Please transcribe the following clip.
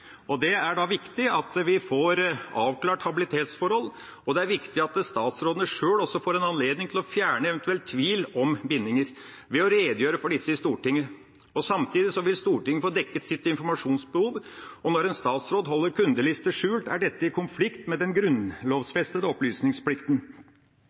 stillinger. Det er da viktig at vi får avklart habilitetsforhold, og det er viktig at statsrådene sjøl også får en anledning til å fjerne eventuell tvil om bindinger ved å redegjøre for disse i Stortinget. Samtidig vil Stortinget få dekket sitt informasjonsbehov. Når en statsråd holder kundelister skjult, er dette i konflikt med den grunnlovfestede opplysningsplikten.